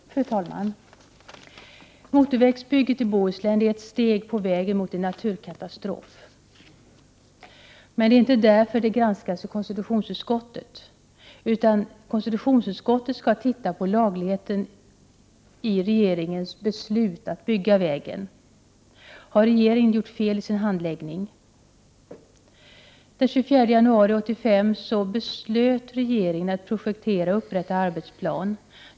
Fru talman! Motorvägsbygget i Bohuslän är ett steg på vägen mot en naturkatastrof. Men det är inte därför som ärendet granskas i konstitutionsutskottet, utan KU skall se på lagligheten i regeringens beslut att bygga vägen. Har regeringen gjort fel i sin handläggning? Den 24 januari 1985 beslöt regeringen om att projektera och upprätta arbetsplan.